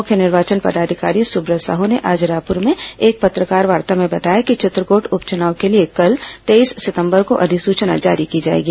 मुख्य निर्वाचन पदाधिकारी सुब्रत साहू ने आज रायपुर में एक पत्रकारवार्ता में बताया कि चित्रकोट उप चुनाव के लिए कल तेईस सितंबर को अधिसूचना जारी की जाएगी